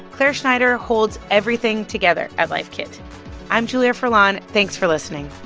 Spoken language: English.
clare schneider holds everything together at life kit i'm julia furlan. thanks for listening